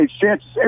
chances